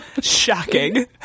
shocking